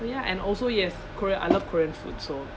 ya and also yes correct I love korean food so